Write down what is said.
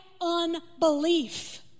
unbelief